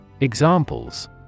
Examples